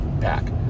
pack